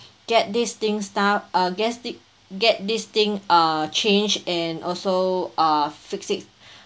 get these things star~ uh get get this thing uh change and also uh fix it